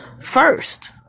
first